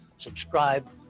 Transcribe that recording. subscribe